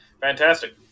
fantastic